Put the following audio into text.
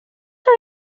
are